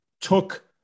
took